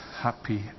happy